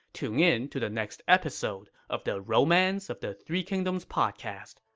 tune in to the next episode of the romance of the three kingdoms podcast.